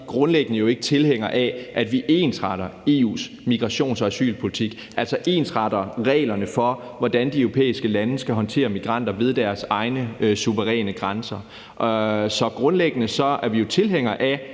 grundlæggende ikke tilhængere af, at vi ensretter EU's migrations- og asylpolitik, altså ensretter reglerne for, hvordan de europæiske lande skal håndtere migranter ved deres egne suveræne grænser. Så grundlæggende er vi jo tilhængere af